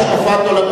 להשקפת עולמי,